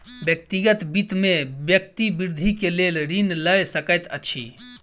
व्यक्तिगत वित्त में व्यक्ति वृद्धि के लेल ऋण लय सकैत अछि